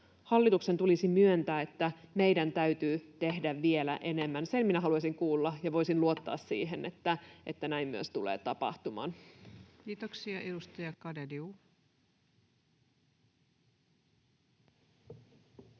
hallituksen tulisi myöntää, että meidän täytyy tehdä vielä enemmän. Sen haluaisin kuulla ja voida luottaa siihen, että näin myös tulee tapahtumaan. Kiitoksia. — Edustaja Garedew. Arvoisa